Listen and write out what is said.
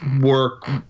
work